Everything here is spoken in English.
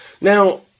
Now